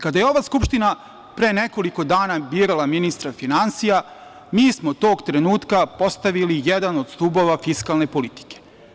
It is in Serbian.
Kada je ova Skupština pre nekoliko dana birala ministra finansija, mi smo tog trenutka postavili jedan od stubova fiskalne politike.